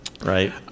right